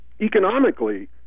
economically